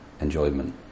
enjoyment